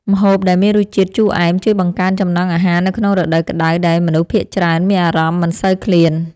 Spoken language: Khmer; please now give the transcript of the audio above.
ម្ហូបដែលមានរសជាតិជូរអែមជួយបង្កើនចំណង់អាហារនៅក្នុងរដូវក្តៅដែលមនុស្សភាគច្រើនមានអារម្មណ៍មិនសូវឃ្លាន។